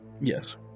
Yes